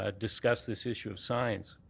ah discuss this issue of signs.